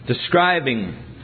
describing